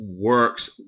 works